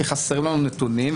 כי חסרים לנו נתונים,